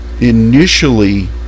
initially